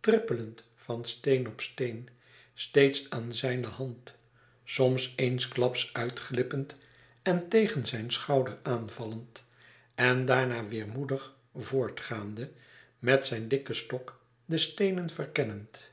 trippelend van steen op steen steeds aan zijne hand soms eensklaps uitglippend en tegen zijn schouder aanvallend en daarna weêr moedig voortgaande met zijn dikken stok de steenen verkennend